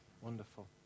wonderful